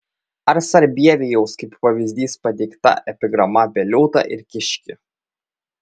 ar sarbievijaus kaip pavyzdys pateikta epigrama apie liūtą ir kiškį